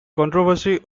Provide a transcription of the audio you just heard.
controversy